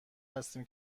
هستیم